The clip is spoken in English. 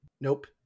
Nope